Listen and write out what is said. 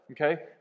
okay